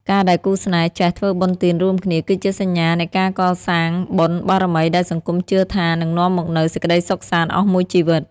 ការដែលគូស្នេហ៍ចេះ "ធ្វើបុណ្យទានរួមគ្នា" គឺជាសញ្ញានៃការសាងបុណ្យបារមីដែលសង្គមជឿថានឹងនាំមកនូវសេចក្ដីសុខសាន្តអស់មួយជីវិត។